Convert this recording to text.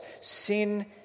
Sin